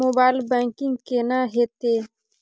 Mobile banking केना हेते?